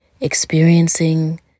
experiencing